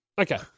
Okay